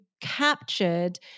captured